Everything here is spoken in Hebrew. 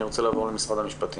אני רוצה לעבור למשרד המשפטים.